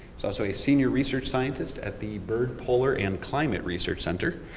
so also a senior research scientist at the byrd polar and climate research center.